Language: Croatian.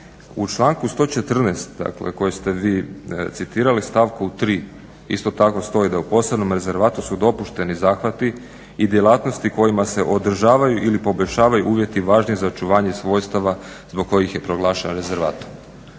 U članku 114.koji ste vi citirali stavku 3.isto tako u stoji da "U posebnom rezervatu su dopušteni zahvati i djelatnosti kojima se održavaju ili poboljšavaju uvjeti za očuvanje svojstava zbog kojih je proglašen rezervatom".